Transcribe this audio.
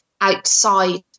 outside